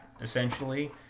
essentially